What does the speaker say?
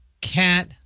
cat